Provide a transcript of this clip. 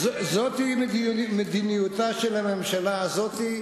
זאת מדיניותה של הממשלה הזאת.